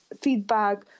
feedback